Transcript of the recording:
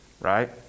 right